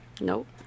Nope